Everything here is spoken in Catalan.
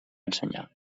ensenyar